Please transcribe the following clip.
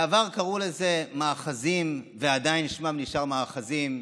בעבר קראו לזה מאחזים, ועדיין שמם נשאר מאחזים,